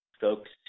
Folks